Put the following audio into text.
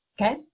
okay